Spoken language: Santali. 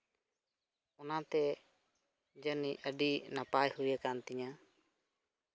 ᱚᱱᱟᱛᱮ ᱡᱟᱱᱤᱡ ᱟᱹᱰᱤ ᱱᱟᱯᱟᱭ ᱦᱩᱭ ᱠᱟᱱ ᱛᱤᱧᱟᱹ